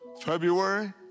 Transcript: February